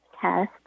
test